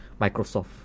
Microsoft